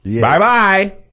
Bye-bye